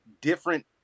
different